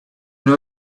know